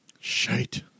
Shite